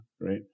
right